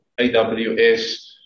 AWS